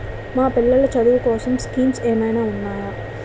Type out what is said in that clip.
మా పిల్లలు చదువు కోసం స్కీమ్స్ ఏమైనా ఉన్నాయా?